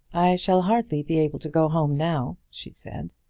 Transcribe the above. i shall hardly be able to go home now, she said.